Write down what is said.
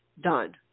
done